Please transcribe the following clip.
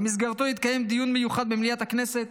ובמסגרתו יתקיים דיון מיוחד במליאת הכנסת